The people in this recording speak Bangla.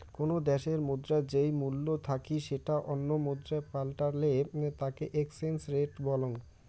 কোনো দ্যাশের মুদ্রার যেই মূল্য থাকি সেটা অন্য মুদ্রায় পাল্টালে তাকে এক্সচেঞ্জ রেট বলং